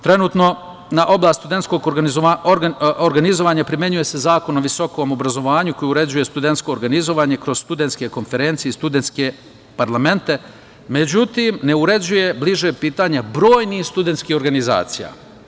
Trenutno na oblast studentskog organizovanja primenjuje se Zakon o visokom obrazovanju koji uređuje studentsko organizovanje kroz studentske konferencije i studentske parlamente, međutim, ne uređuje bliže pitanje brojnih studentskih organizacija.